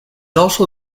also